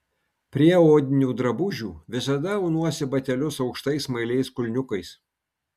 prie odinių drabužių visada aunuosi batelius aukštais smailiais kulniukais